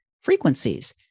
frequencies